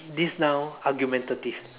this noun argumentative